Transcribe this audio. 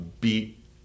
beat